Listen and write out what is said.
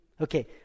Okay